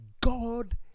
God